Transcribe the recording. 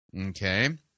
okay